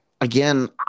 Again